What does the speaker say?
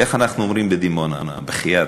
איך אנחנו אומרים בדימונה, בחייאת,